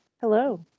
Hello